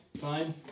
fine